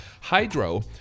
Hydro